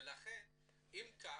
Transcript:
ולכן אם כך,